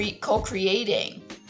co-creating